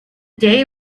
day